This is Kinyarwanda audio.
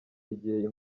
igihe